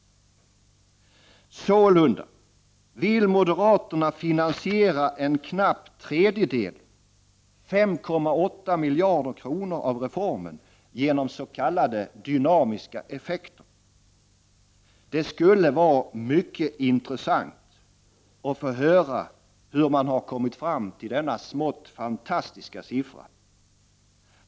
Sålunda vill moderaterna finansiera en knapp tredjedel — 5,8 miljarder kronor — av reformen genom s.k. dynamiska effekter. Det skulle vara mycket intressant att få höra hur man kommit fram till denna smått fantastiska siffra.